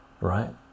right